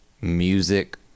music